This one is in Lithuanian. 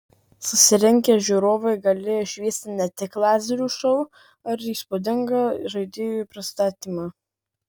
susirinkę žiūrovai galėjo išvysti ne tik lazerių šou ar įspūdingą žaidėjų pristatymą